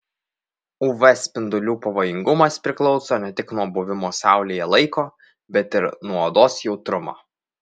uv spindulių pavojingumas priklauso ne tik nuo buvimo saulėje laiko bet ir nuo odos jautrumo